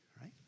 right